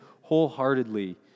wholeheartedly